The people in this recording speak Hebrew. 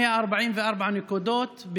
144 נקודות,